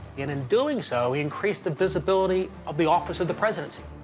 and in doing so, he increased the visibility of the office of the presidency.